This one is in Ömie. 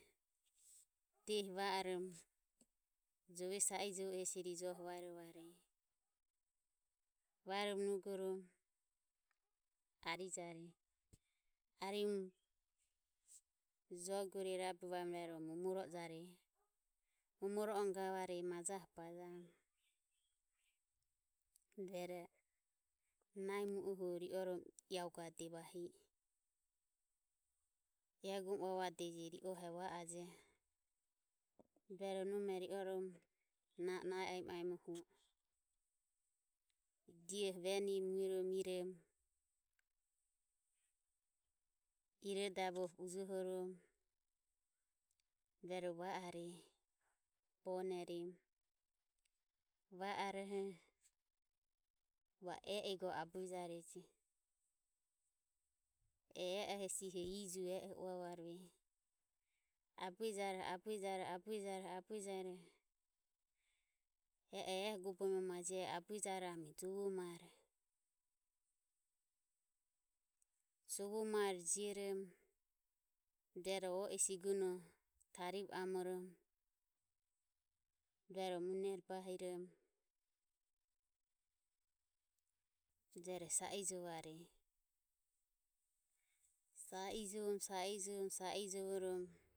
Diehi va oromo jove sa ijovo i joho vaerovareje vaerovonugorom arijare arirom jogore rabe vaerovorom momoro ojarej. Momoro oromo gavareje majaho bajmu rueroho nahi mu o huro ri oromo iaguade vahi e iaguromo uavadeje. Ri ohe va are rueroho nome ri orom na o nahi aemo aemo hu o ioho venire muerom iromo irodaboho ujohorom rue roho va are bonerem va aroho va o e e goho abuejare. e e hesi ihoho iju e oho uavarueje. Abuejaro abuejaro abuejaro abuejaro e e ego bovi ma mae jie ero abuejaroho anume jovo mare. Jovo mare jiorom rueroho o i sigune tarivo amorom rueroho mune bahirom rueroho sa ijovareje. Sa ijovorom sa ijovorom sa ijovorom.